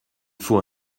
faut